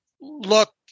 look